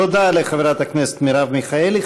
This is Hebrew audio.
תודה לחברת הכנסת מרב מיכאלי.